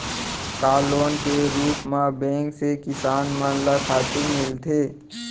का लोन के रूप मा बैंक से किसान मन ला खातू मिलथे?